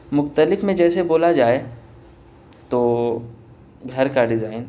مختلف میں جیسے بولا جائے تو گھر کا ڈیزائن